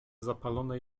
zapalonej